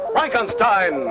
Frankenstein